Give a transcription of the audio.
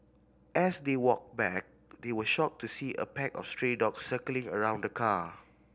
as they walked back they were shocked to see a pack of stray dogs circling around the car